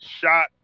shot